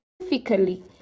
specifically